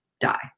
die